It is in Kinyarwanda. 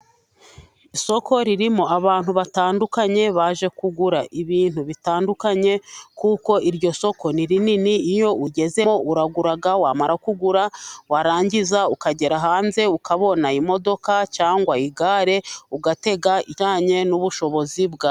Isoko ririmo abantu batandukanye, baje kugura ibintu bitandukanye, kuko iryo soko ni rinini, iyo ugezeho uragura wamara kugura, warangiza ukagera hanze, ukabona imodoka cyangwa igare, ugatega bijyanye n'ubushobozi bwawe.